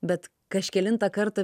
bet kažkelintą kartą